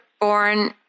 born